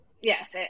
Yes